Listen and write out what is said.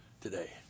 today